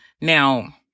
Now